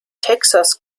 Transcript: texas